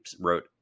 wrote